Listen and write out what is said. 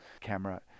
camera